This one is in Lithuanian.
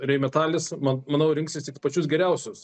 rainmetalis man manau rinksis tik pačius geriausius